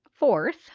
Fourth